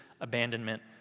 abandonment